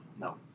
No